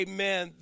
Amen